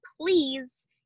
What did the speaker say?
please